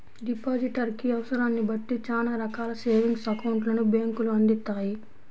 depositor కి అవసరాన్ని బట్టి చానా రకాల సేవింగ్స్ అకౌంట్లను బ్యేంకులు అందిత్తాయి